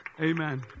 Amen